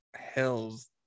Hell's